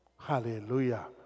Hallelujah